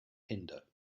hinder